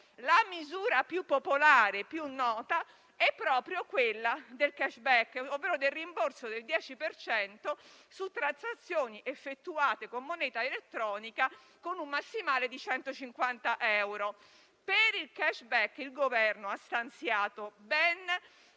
la misura più popolare è proprio quella del *cashback*, ovvero del rimborso del 10 per cento su transazioni effettuate con moneta elettronica con un massimale di 150 euro. Per il *cashback*, il Governo ha stanziato